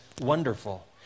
wonderful